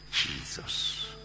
Jesus